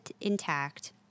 intact